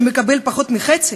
שמקבל פחות מחצי,